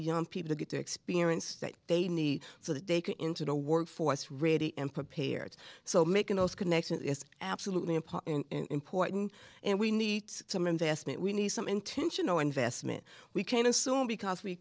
young people to get to experience that they need so that they can into the workforce ready and prepared so making those connections is absolutely important important and we need some investment we need some intentional investment we can assume because we